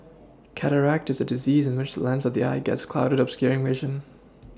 cataract is a disease in which lens of the eye gets clouded obscuring vision